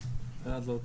ותוקצבו.